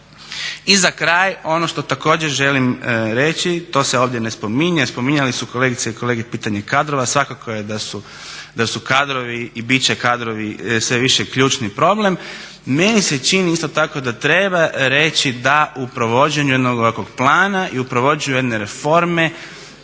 I za kraj, ono što također želim reći, to se ovdje ne spominje, spominjale su kolegice i kolege pitanje kadrova. Svakako je da su kadrovi i bit će kadrovi sve više ključni problem. Meni se čini isto tako da treba reći da u provođenju jednog ovakvog plana i u provođenju jedne reforme